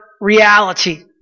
reality